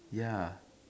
ya